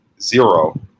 zero